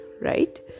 right